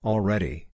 Already